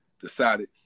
decided